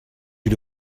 you